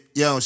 yo